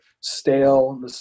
stale